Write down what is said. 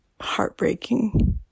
heartbreaking